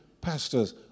pastors